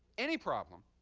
any problem,